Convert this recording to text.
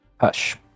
Hush